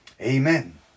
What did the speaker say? Amen